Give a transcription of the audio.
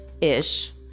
ish